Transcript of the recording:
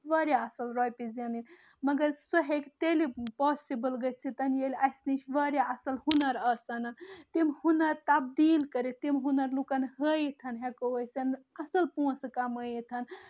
واریاہ اَصٕل رۄپیہٕ زینٕنۍ مگر سُہ ہیٚکہِ تیلہِ پاسِبٕل گٔژھِتھ ییٚلہِ اسہِ نِش واریاہ اَصٕل ہُنر آسَن تِم ہُنر تَبدیٖل کٔرِتھ تِم ہُنر لُکَن ہٲیِتھ ہیٚکو أسۍ اَصٕل پونٛسہٕ کَمٲیِتھ